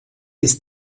ist